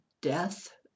death